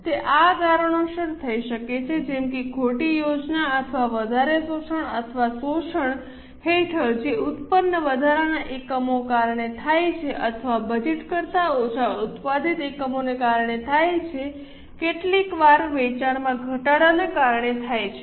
તે આ કારણોસર થઈ શકે છે જેમ કે ખોટી યોજના અથવા વધારે શોષણ અથવા શોષણ હેઠળ જે ઉત્પન્ન વધારાના એકમોને કારણે થાય છે અથવા બજેટ કરતા ઓછા ઉત્પાદિત એકમોને કારણે થાય છે કેટલીકવાર વેચાણમાં ઘટાડો ને કારણે થાય છે